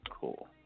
Cool